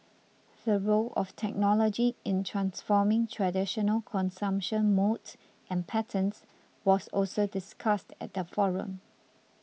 the role of technology in transforming traditional consumption modes and patterns was also discussed at the forum